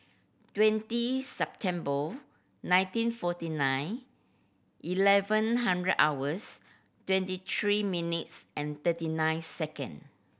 twenty September nineteen forty nine eleven hundred hours twenty three minutes and thirty nine second